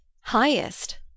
Highest